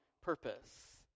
purpose